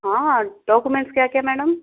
हाँ डॉक्युमेंट्स क्या क्या मैडम